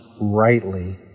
rightly